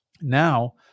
Now